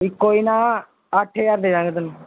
ਕੋਈ ਨਾ ਅੱਠ ਹਜ਼ਾਰ ਦੇ ਦੇਵਾਂਗੇ ਤੁਹਾਨੂੰ